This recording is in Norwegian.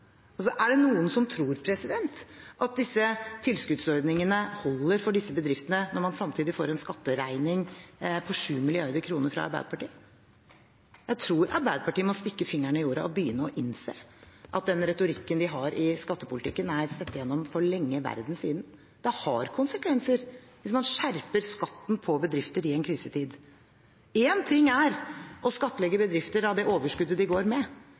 Er det noen som tror at disse tilskuddsordningene holder for de bedriftene når man samtidig får en skatteregning på 7 mrd. kr fra Arbeiderpartiet? Jeg tror Arbeiderpartiet må stikke fingeren i jorda og begynne å innse at den retorikken de har i skattepolitikken, er gjennomskuet for lenge siden. Det har konsekvenser hvis man skjerper skatten for bedrifter i en krisetid. Én ting er å skattlegge bedrifter av det overskuddet de går med, en helt annen ting er å skjerpe skatten for bedrifter som går med